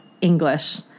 English